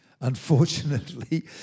unfortunately